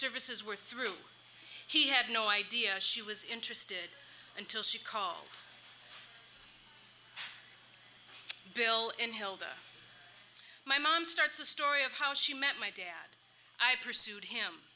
services were through he had no idea she was interested until she called bill and hill my mom starts a story of how she met my dad i pursued him